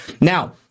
Now